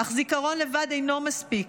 אך זיכרון לבד אינו מספיק.